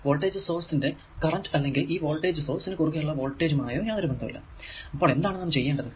voltage source ന്റെ current അല്ലെങ്കിൽ ഈ വോൾടേജ് സോഴ്സ് നു കുറുകെ ഉള്ള വോൾടേജുമായോ ഒരു ബന്ധവുമില്ല അപ്പോൾ എന്താണ് നാം ചെയ്യേണ്ടത്